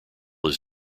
his